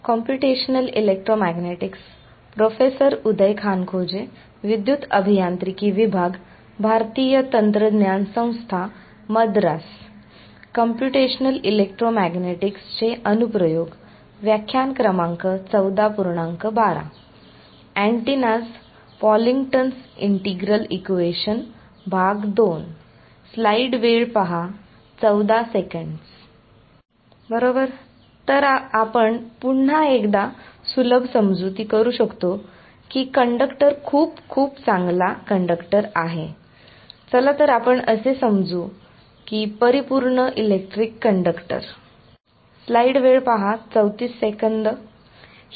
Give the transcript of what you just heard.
बरोबर तर आपण पुन्हा एकदा सुलभ समजुती करू शकतो की कंडक्टर खूप खूप चांगला कंडक्टर आहे चला तर आपण असे समजू परिपूर्ण इलेक्ट्रिक कंडक्टर